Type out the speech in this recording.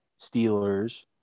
Steelers